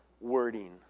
wording